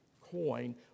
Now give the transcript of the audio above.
coin